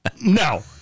no